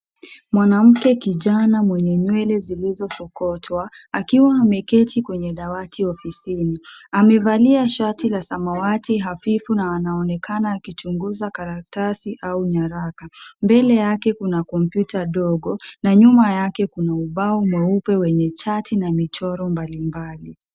Mwanamke kijana mwenye nywele zilizosokotwa akiwa ameketi kwenye dawati ofisini. Amevalia shati la samawati hafifu na anaonekana akichunguza karatasi au nyaraka. Mbele yake kuna kompyuta ndogo na nyuma yake kuna ubao mweupe wenye chart na michoro mbalimbali.